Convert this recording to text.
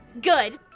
Good